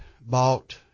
bought